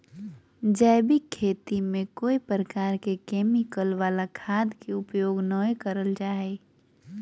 जैविक खेती में कोय प्रकार के केमिकल वला खाद के उपयोग नै करल जा हई